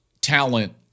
talent